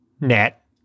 Net